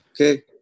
Okay